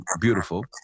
Beautiful